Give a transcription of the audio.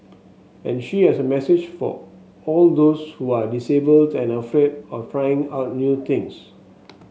and she has a message for all those who are disabled and afraid of trying out new things